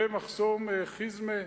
ומחסום חיזמה.